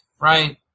right